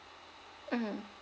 mm